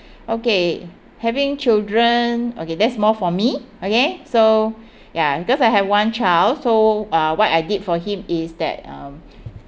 okay having children okay that's more for me okay so ya because I have one child so uh what I did for him is that um